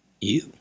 You